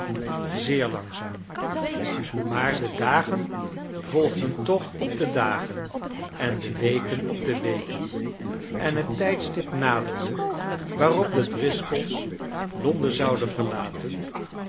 zeer langzaam maar de dagen volgden toch op de dagen en de weken op de weken en het tijdstip naderde waarop de driscoll's londen zouden verlaten